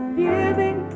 giving